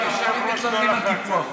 היושב-ראש לא לחץ.